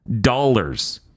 dollars